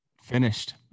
finished